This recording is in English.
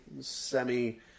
semi